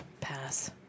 pass